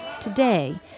Today